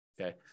Okay